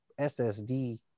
ssd